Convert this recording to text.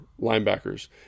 linebackers